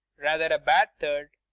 rather a bad third,